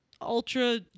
Ultra